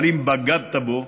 אבל אם בגדת בו,